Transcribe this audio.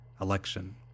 Election